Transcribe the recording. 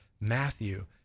Matthew